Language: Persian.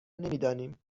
نمیدانیم